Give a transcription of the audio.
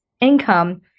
income